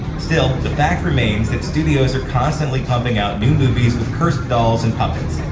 still, the fact remains that studios are constantly pumping out new movies with cursed dolls and puppets,